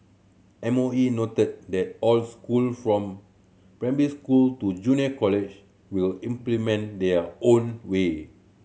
M O E noted that all school from primary school to junior college will implement their own way